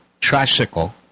tricycle